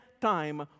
time